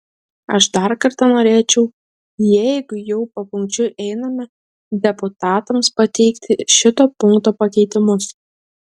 aš dar kartą norėčiau jeigu jau papunkčiui einame deputatams pateikti šito punkto pakeitimus